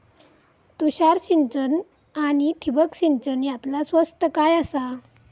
तुषार सिंचन आनी ठिबक सिंचन यातला स्वस्त काय आसा?